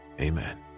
Amen